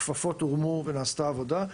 הכפפות הורמו ונעשתה עבודה.